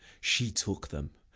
she took them,